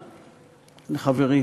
לחברי,